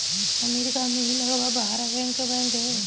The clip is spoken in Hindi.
अमरीका में ही लगभग बारह बैंकर बैंक हैं